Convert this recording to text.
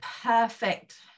perfect